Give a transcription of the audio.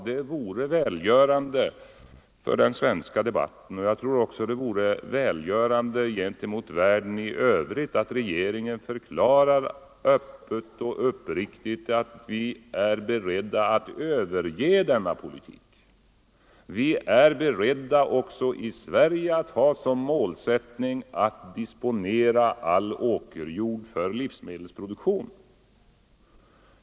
Det Nr 115 Onsdagen den välgörande gentemot världen i övrigt att regeringen förklarar öppet och 6 november 1974 uppriktigt att vi är beredda att överge denna politik; vi är beredda också —— si Sverige att ha som målsättning att disponera all åkerjord för livsme Allmänpolitisk delsproduktion.